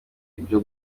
byo